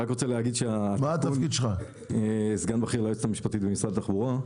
דוד תמיר סגן בכיר ליועצת המשפטית במשרד התחבורה.